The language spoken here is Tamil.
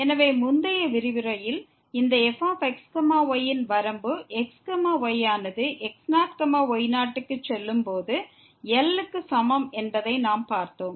எனவே முந்தைய விரிவுரையில் இந்த fx y ன் வரம்பு x y ஆனது x0 y0 க்கு செல்லும்போது L க்கு சமம் என்பதை நாம் பார்த்தோம்